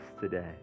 today